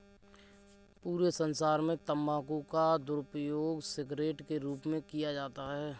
पूरे संसार में तम्बाकू का दुरूपयोग सिगरेट के रूप में किया जाता है